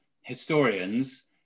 historians